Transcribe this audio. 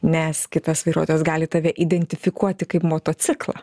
nes kitas vairuotojas gali tave identifikuoti kaip motociklą